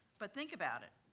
but think about it.